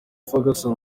ferguson